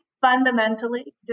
fundamentally